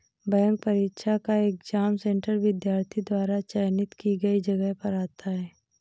bank परीक्षा का exam centre विद्यार्थी द्वारा चयनित की गई जगह पर आता है